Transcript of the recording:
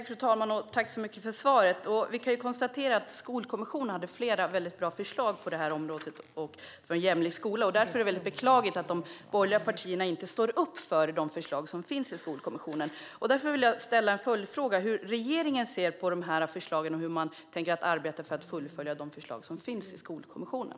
Fru talman! Tack så mycket, statsrådet, för svaret! Vi kan konstatera att Skolkommissionen hade flera väldigt bra förslag på området för en jämlik skola. Därför är det väldigt beklagligt att de borgerliga partierna inte står upp för de förslag som finns från Skolkommissionen. Jag vill därför ställa en följdfråga om hur regeringen ser på förslagen och hur man tänker arbeta för att fullfölja de förslag som finns från Skolkommissionen.